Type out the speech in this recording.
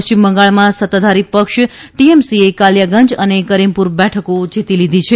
શ્રિમ બંગાળમાં સત્તાધારી ક્ષ ટીએમસીએ કાલીયાગંજ અને કરીમપુર બેઠકો જીતી લીધી છે